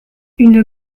une